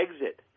exit